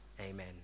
amen